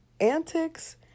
antics